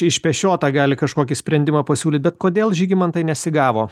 išpešiotą gali kažkokį sprendimą pasiūlyti bet kodėl žygimantai nesigavo